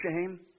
shame